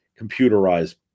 computerized